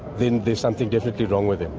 then there's something definitely wrong with them.